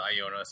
Iona